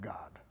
God